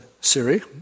Siri